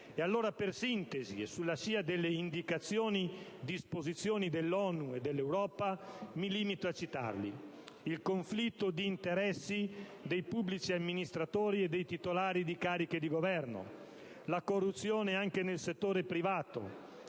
E allora, per sintesi e sulla scia delle indicazione-disposizioni dell'ONU e dell'Europa, mi limito a citarli: il conflitto di interessi dei pubblici amministratori e dei titolari di cariche di governo; la corruzione anche nel settore privato;